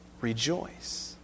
rejoice